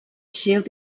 shield